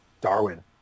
Darwin